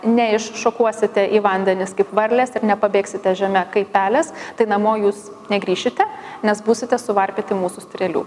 neiššokuosite į vandenis kaip varlės ir nepabėgsite žeme kaip pelės tai namo jūs negrįšite nes būsite suvarpyti mūsų strėlių